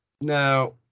now